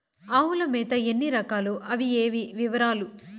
ఆవుల మేత ఎన్ని రకాలు? అవి ఏవి? వివరాలు?